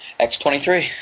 X23